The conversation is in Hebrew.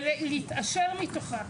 ולהתעשר מתוכה,